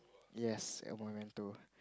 yes and I want to